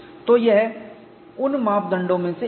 तो यह उन मापदंडों में से एक है